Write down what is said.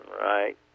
right